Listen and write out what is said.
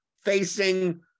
facing